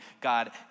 God